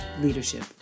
leadership